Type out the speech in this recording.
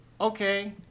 Okay